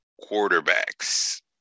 quarterbacks